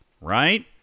Right